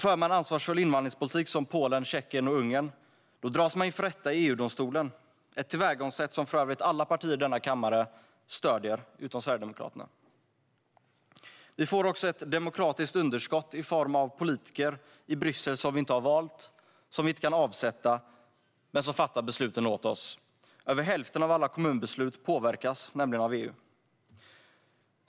För man en ansvarsfull invandringspolitik, som Polen, Tjeckien och Ungern, dras man inför rätta i EU-domstolen. Det är ett tillvägagångssätt som för övrigt alla partier i denna kammare utom Sverigedemokraterna stöder. Vi får också ett demokratiskt underskott i form av politiker i Bryssel som vi inte har valt och som vi inte kan avsätta men som fattar besluten åt oss. Över hälften av alla kommunbeslut påverkas nämligen av EU.